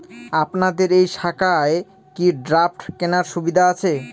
আপনাদের এই শাখায় কি ড্রাফট কেনার সুবিধা আছে?